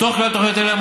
מתוך כלל התוכניות האלה,